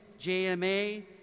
JMA